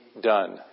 done